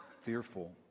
fearful